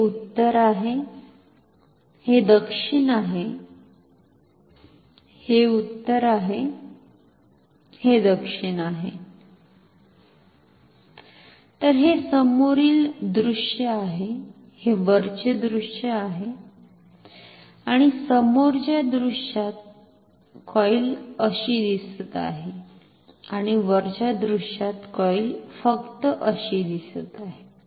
हे उत्तर आहे हे दक्षिण आहे हे उत्तर आहे हे दक्षिण आहे तर हे समोरचे दृश्य आहे हे वरचे दृश्य आहे आणि समोरच्या दृश्यात कॉइल अशी दिसत आहे आणि वरच्या दृश्यात कॉइल फक्त अशी दिसत आहे